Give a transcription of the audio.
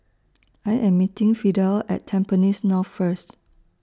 I Am meeting Fidel At Tampines North First